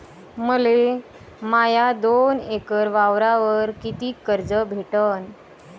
मले माया दोन एकर वावरावर कितीक कर्ज भेटन?